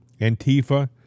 Antifa